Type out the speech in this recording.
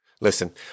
Listen